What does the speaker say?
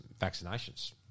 vaccinations